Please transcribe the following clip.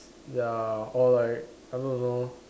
ya or like I don't know